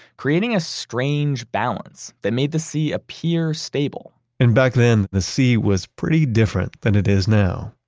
creating a strange balance that made the sea appear stable and back then, the sea was pretty different than it is now.